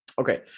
Okay